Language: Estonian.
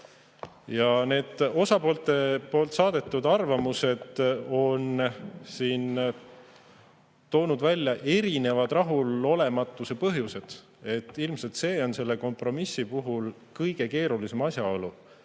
naa. Need osapoolte saadetud arvamused on siin toonud välja erinevad rahulolematuse põhjused. Ilmselt see ongi selle kompromissi puhul kõige keerulisem asjaolu,